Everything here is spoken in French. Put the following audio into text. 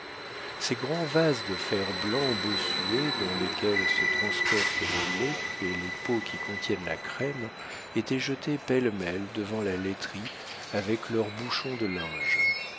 ces grands vases de fer-blanc bossués dans lesquels se transporte le lait et les pots qui contiennent la crème étaient jetés pêle-mêle devant la laiterie avec leurs bouchons de linge